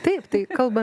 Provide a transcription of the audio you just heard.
taip tai kalba